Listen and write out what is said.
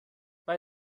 bei